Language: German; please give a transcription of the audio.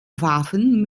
waffen